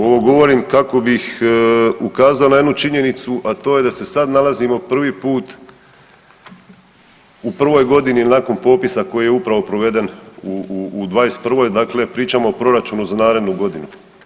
Ovo govorim kako bih ukazao na jednu činjenicu, a to je da se sad nalazimo prvi put u prvoj godini nakon popisa koji je upravo proveden u '21. dakle pričamo o proračunu za narednu godinu.